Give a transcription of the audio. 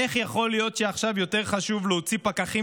איך יכול להיות שעכשיו יותר חשוב להוציא פקחים